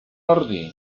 ordi